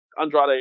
Andrade